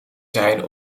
zijn